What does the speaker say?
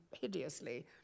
hideously